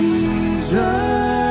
Jesus